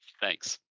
Thanks